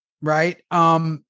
right